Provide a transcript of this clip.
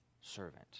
servant